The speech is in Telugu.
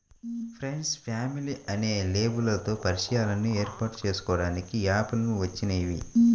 ఫ్రెండ్సు, ఫ్యామిలీ అనే లేబుల్లతో పరిచయాలను ఏర్పాటు చేసుకోడానికి యాప్ లు వచ్చినియ్యి